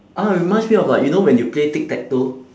ah reminds me of like you know when you play tic-tac-toe